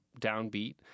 Downbeat